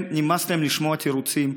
נמאס להם לשמוע תירוצים,